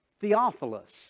Theophilus